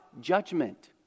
judgment